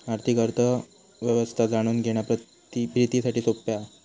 आर्थिक अर्थ व्यवस्था जाणून घेणा प्रितीसाठी सोप्या हा